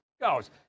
goes